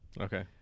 Okay